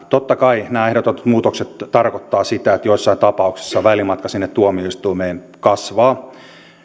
totta kai nämä ehdotetut muutokset tarkoittavat sitä että joissain tapauksissa välimatka sinne tuomioistuimeen kasvaa